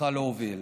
צריכה להוביל.